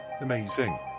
Amazing